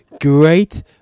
great